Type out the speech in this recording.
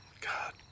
God